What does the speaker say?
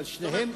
על שניהם.